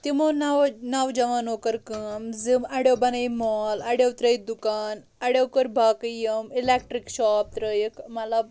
تِمو نوجوانو کٔر کٲم زِ اَڈیو بَنٲے مال اَڈیو ترٲے دُکان اَڈیو کٔر باقٕے یِم الیکٹرک شاپ ترٲیِکھ مطلب